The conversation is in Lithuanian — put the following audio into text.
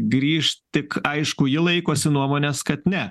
grįšt tik aišku ji laikosi nuomonės kad ne